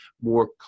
more